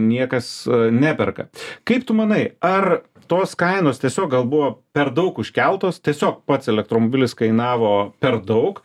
niekas neperka kaip tu manai ar tos kainos tiesiog gal buvo per daug užkeltos tiesiog pats elektromobilis kainavo per daug